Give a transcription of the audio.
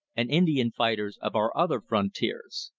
and indian fighters of our other frontiers.